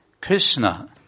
Krishna